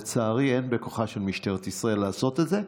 לצערי, אין בכוחה של משטרת ישראל לעשות את זה.